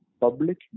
public